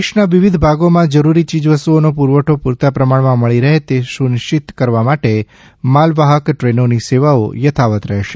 દેશના વિવિધ ભાગોમાં જરૂરી યીજવસ્તુઓનો પૂરવઠો પૂરતા પ્રમાણમાં મળી રહે તે સુનિશ્ચિત કરવા માટે માલવાહક દ્રેનોની સેવાઓ થથાવત રહેશે